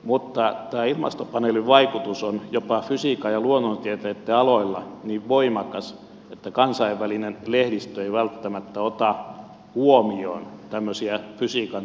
mutta tämä ilmastopaneelin vaikutus on jopa fysiikan ja luonnontieteitten aloilla niin voimakas että kansainvälinen lehdistö ei välttämättä ota huomioon tämmöisiä fysiikan tutkimuksia